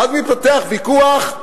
ואז מתפתח ויכוח,